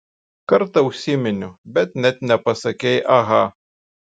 kartą užsiminiau bet net nepasakei aha